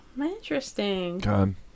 Interesting